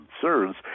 concerns